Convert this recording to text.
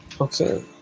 Okay